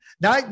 Now